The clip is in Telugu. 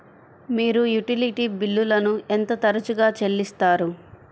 మీరు యుటిలిటీ బిల్లులను ఎంత తరచుగా చెల్లిస్తారు?